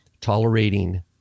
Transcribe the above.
tolerating